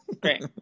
Great